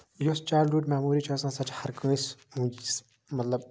یۄس childhood memory چھےٚ آسان سۄ چھےٚ ہَر کٲنٛسہِ مطلب